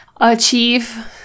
achieve